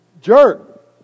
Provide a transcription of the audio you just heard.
jerk